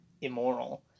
immoral